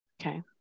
Okay